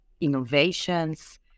innovations